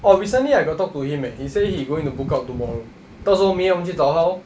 orh recently I got talk to him eh he say he going to book out tomorrow 到时候明天我们去找他 lor